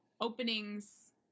openings